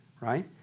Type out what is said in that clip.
right